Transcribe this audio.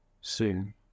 Soon